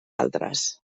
altres